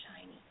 shiny